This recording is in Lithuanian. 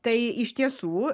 tai iš tiesų